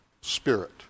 spirit